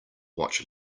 watch